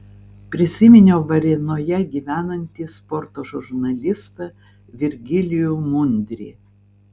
prisiminiau varėnoje gyvenantį sporto žurnalistą virgilijų mundrį